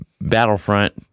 battlefront